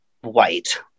white